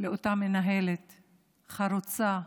לאותה מנהלת חרוצה,